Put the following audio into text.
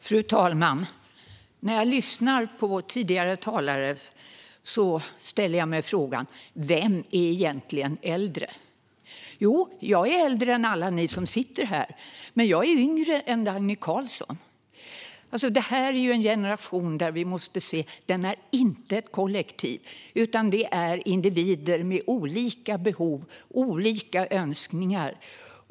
Fru talman! När jag lyssnade på tidigare talare ställde jag mig frågan: Vem är egentligen äldre? Jo, jag är äldre än alla ni som sitter i den här salen, men jag är yngre än Dagny Carlsson. Vi måste se att det här inte är en kollektiv generation. Det är individer med olika behov och olika önskningar.